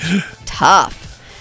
Tough